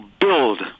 build